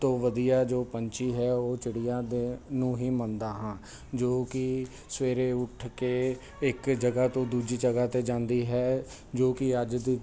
ਤੋਂ ਵਧੀਆ ਜੋ ਪੰਛੀ ਹੈ ਉਹ ਚਿੜੀਆਂ ਦੇ ਨੂੰ ਹੀ ਮੰਨਦਾ ਹਾਂ ਜੋ ਕਿ ਸਵੇਰੇ ਉੱਠ ਕੇ ਇੱਕ ਜਗ੍ਹਾ ਤੋਂ ਦੂਜੀ ਜਗ੍ਹਾ 'ਤੇ ਜਾਂਦੀ ਹੈ ਜੋ ਕਿ ਅੱਜ